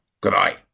Goodbye